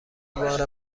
بار